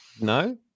No